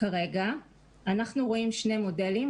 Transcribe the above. אנחנו רואים שני מודלים,